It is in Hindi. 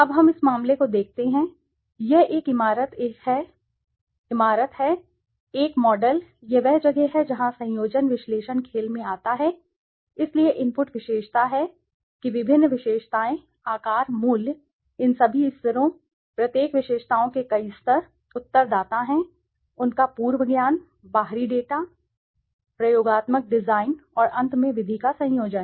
अब हम इस मामले को देखते हैं यह एक इमारत है एक मॉडल यह वह जगह है जहां संयोजन विश्लेषण खेल में आता है इसलिए इनपुट विशेषता हैं कि विभिन्न विशेषताएं आकार मूल्य इन सभी स्तरों प्रत्येक विशेषताओं के कई स्तर उत्तरदाता हैं उनका पूर्व ज्ञान बाहरी डेटा प्रयोगात्मक डिजाइन और अंत में विधि का संयोजन